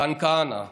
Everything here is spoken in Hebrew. מתן כהנא,